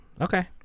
Okay